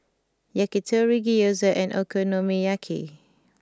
Yakitori Gyoza and Okonomiyaki